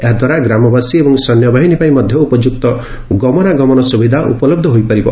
ଏହାଦ୍ୱାରା ଗ୍ରାମବାସୀ ଏବଂ ସୈନ୍ୟବାହିନୀ ପାଇଁ ମଧ୍ୟ ଉପଯୁକ୍ତ ଗମନାଗମନ ସୁବିଧା ଉପଲବ୍ଧ ହୋଇପାରିବ